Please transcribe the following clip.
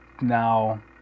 Now